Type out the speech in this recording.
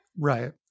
Right